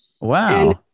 wow